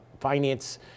finance